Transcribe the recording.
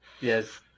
Yes